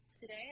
Today